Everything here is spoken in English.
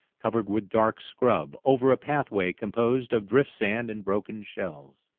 covered with dark scrub, over a pathway composed of drift sand and broken shells.